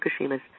Fukushima's